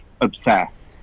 obsessed